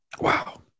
Wow